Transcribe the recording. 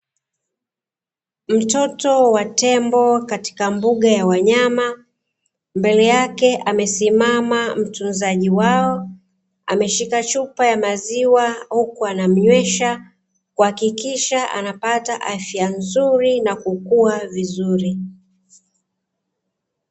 Mtoto wa Tembo katika mbuga ya wanyama, mbele yake amesimama mtunzaji wao ameshika chupa ya Maziwa huku anamnywesha, kuhakikisha anapata afya nzuri na kukua vizuri.